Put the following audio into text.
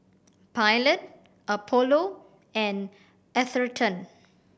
Pilot Apollo and Atherton